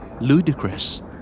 Ludicrous